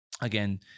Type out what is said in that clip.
again